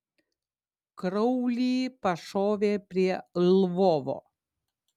kraulį pašovė prie lvovo